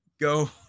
go